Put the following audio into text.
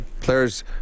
Players